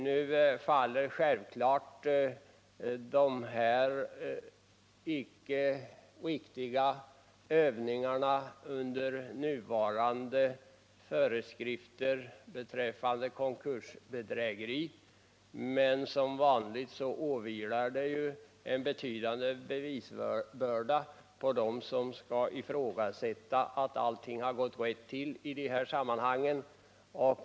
Nu faller de här självfallet icke riktiga övningarna under nuvarande föreskrifter beträffande konkursbedrägeri, men som vanligt vilar det en betydande bevisbörda på dem som skall ifrågasätta att allt har gått rätt till i de här sammanhangen.